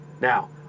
Now